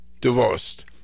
divorced